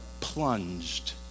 plunged